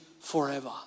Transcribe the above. forever